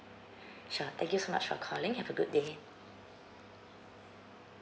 sure thank you so much for calling have a good day